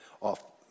off